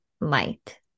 light